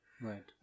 Right